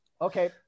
Okay